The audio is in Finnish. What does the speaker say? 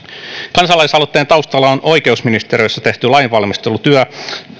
kansalaisaloitteen taustalla on oikeusministeriössä tehty lainvalmistelutyö